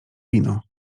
wino